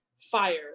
fire